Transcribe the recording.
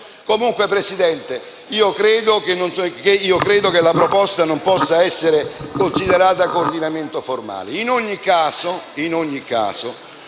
essere. Presidente, credo che la proposta non possa essere considerata un coordinamento formale.